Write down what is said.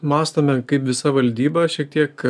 mąstome kaip visa valdyba šiek tiek